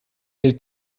hält